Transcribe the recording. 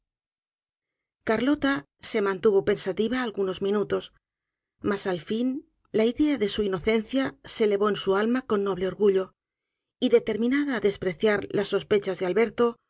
carlota se mantuvo pensativa algunos minutos mas al fin la idea de su inocencia se elevó en su alma con noble orgullo y determinada á despreciar las sospechas de alberto